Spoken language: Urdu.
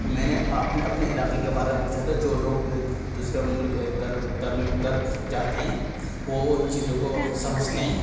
میں نے آپ نے اپنے علاقے کے بارے میں پوچھا تھا جو لوگ دوسرا ملک در در ملک در جاتے ہیں وہ ان چیزوں کو سمجھتے ہیں